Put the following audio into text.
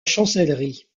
chancellerie